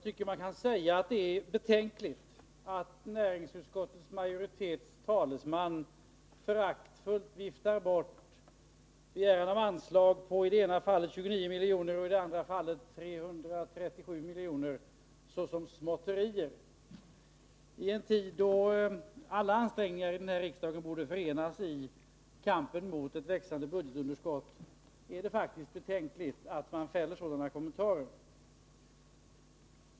Herr talman! Det är betänkligt att talesmannen för näringsutskottets majoritet föraktfullt viftar bort yrkanden om anslag på i det ena fallet 29 miljoner och i det andra fallet 337 miljoner såsom småtterier. I en tid då alla ansträngningar här i riksdagen borde förenas i kampen mot ett växande budgetunderskott är det oroande att man fäller sådana kommentarer.